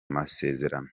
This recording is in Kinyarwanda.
masezerano